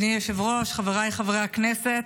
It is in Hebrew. אדוני היושב-ראש, חבריי חברי הכנסת,